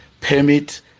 permit